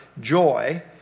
Joy